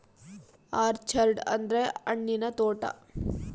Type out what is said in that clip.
orchard ಅಂದ್ರ ಹಣ್ಣಿನ ತೋಟ